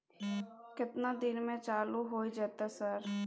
केतना दिन में चालू होय जेतै सर?